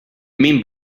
mean